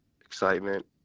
excitement